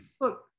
Look